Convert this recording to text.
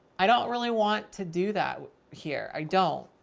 i don't really want to do that here. i don't.